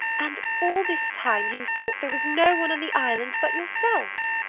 and all this time you thought there was no one on the island but yourself?